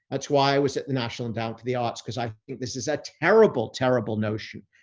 that's why i was at the national endowment for the arts, because i think this is a terrible, terrible notion.